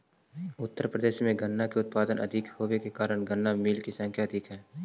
उत्तर प्रदेश में गन्ना के उत्पादन अधिक होवे के कारण गन्ना मिलऽ के संख्या अधिक हई